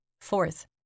Fourth